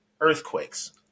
earthquakes